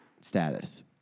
status